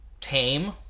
tame